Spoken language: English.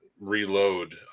reload